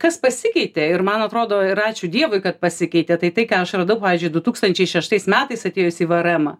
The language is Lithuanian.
kas pasikeitė ir man atrodo ir ačiū dievui kad pasikeitė tai tai ką aš radau pavyzdžiui du tūkstančiai šeštais metais atėjus į vremą